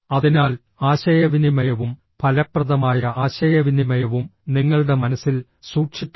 അതിനാൽ ആശയവിനിമയവും ഫലപ്രദമായ ആശയവിനിമയവും നിങ്ങളുടെ മനസ്സിൽ സൂക്ഷിക്കണം